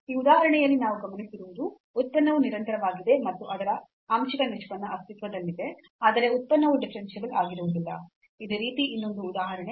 ಈ ಉದಾಹರಣೆಯಲ್ಲಿ ನಾವು ಗಮನಿಸಿರುವುದು ಉತ್ಪನ್ನವು ನಿರಂತರವಾಗಿದೆ ಮತ್ತು ಇದರ ಆಂಶಿಕ ನಿಷ್ಪನ್ನ ಅಸ್ತಿತ್ವದಲ್ಲಿದೆ ಆದರೆ ಉತ್ಪನ್ನವು ಡಿಫರೆನ್ಸಿಬಲ್ ಆಗಿರುವುದಿಲ್ಲ ಇದೇ ರೀತಿಯ ಇನ್ನೊಂದು ಉದಾಹರಣೆ